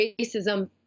racism